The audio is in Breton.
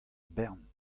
bern